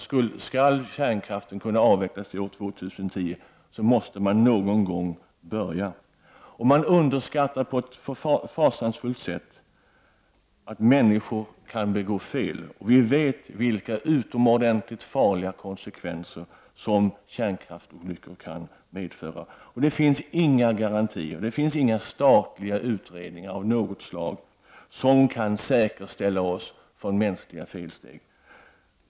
Skall kärnkraften kunna avvecklas till år 2010 måste man någon gång börja. Man underskattar på ett fasansfullt sätt att människor kan begå fel. Vi vet vilka utomordentligt farliga konsekvenser som kärnkraftsolyckor kan medföra. Det finns inga garantier, inga statliga utredningar av något slag som kan skydda oss mot mänskliga felsteg.